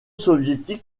soviétique